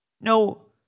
no